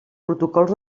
protocols